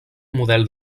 model